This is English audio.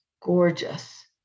gorgeous